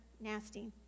nasty